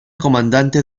comandante